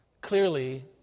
Clearly